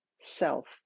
self